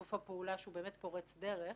שיתוף הפעולה שהוא באמת פורץ דרך,